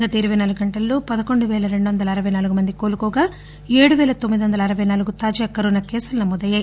గత ఇరపై నాలుగు గంటల్లో పదకొండు పేల రెండు వందల అరపై నాలుగు మంది కోలుకోగా ఏడు పేల తొమ్మిది వందల అరపై నాలుగు తాజా కరోనా కేసులు నమోదయ్యాయి